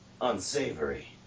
unsavory